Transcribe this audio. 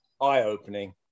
eye-opening